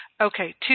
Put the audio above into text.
Okay